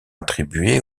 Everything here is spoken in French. attribuée